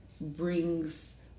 brings